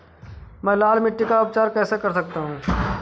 मैं लाल मिट्टी का उपचार कैसे कर सकता हूँ?